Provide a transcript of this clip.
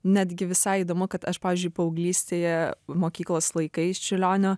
netgi visai įdomu kad aš pavyzdžiui paauglystėje mokyklos laikais čiurlionio